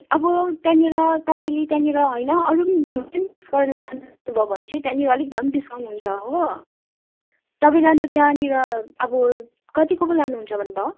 अब त्यहाँनिर तपाईँले त्यहाँनिर होइन अरू पनि थुप्रै मिक्स गरेर लानु भयो भने चाहिँ त्यहाँनिर अलिक भए पनि डिस्काउन्ट हुन्छ हो तपाईँले अन्त त्यहाँनिर अब कतिको पो लानुहुन्छ भन्नु भयो